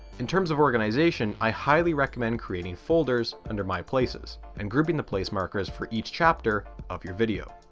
in terms of organization i highly recommend creating folders under my places, and grouping the placemarks for each chapter of your video.